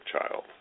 child